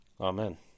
Amen